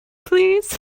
please